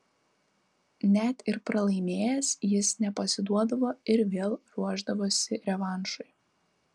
net ir pralaimėjęs jis nepasiduodavo ir vėl ruošdavosi revanšui